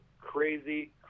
crazy